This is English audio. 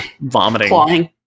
vomiting